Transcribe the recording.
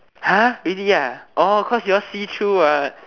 !huh! really ah orh cause you all see through what